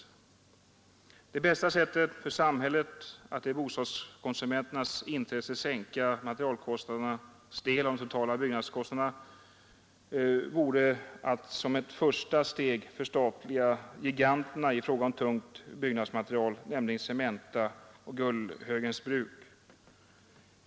Det bästa sättet för samhället att i bostadskonsumenternas intresse sänka materialkostnadernas del av de totala byggkostnaderna vore att som ett första steg förstatliga giganterna i fråga om tungt byggnadsmaterial — nämligen Cementa och Gullhögens bruk.